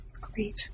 great